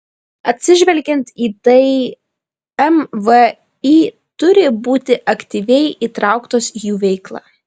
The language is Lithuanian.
atsižvelgiant į tai mvį turi būti aktyviai įtrauktos į jų veiklą